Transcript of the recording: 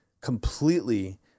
completely